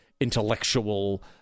intellectual